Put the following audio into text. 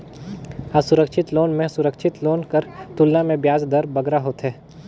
असुरक्छित लोन में सुरक्छित लोन कर तुलना में बियाज दर बगरा होथे